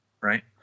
right